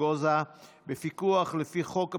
וגלוקוזה שבפיקוח לפי חוק הפיקוח,